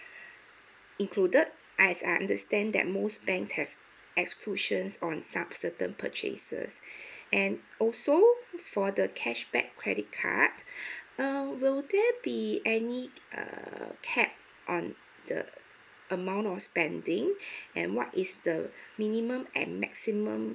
included as I understand that most banks have exclusions on some certain purchases and also for the cashback credit card uh will there be any uh cap on the amount of spending and what is the minimum and maximum